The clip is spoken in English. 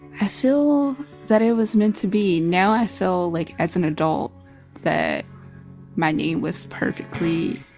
i feel that it was meant to be. now i feel like as an adult that my name was perfectly